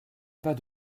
pas